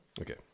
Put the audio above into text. okay